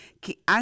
que